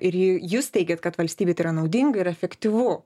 ir jūs teigiat kad valstybei tai yra naudinga ir efektyvu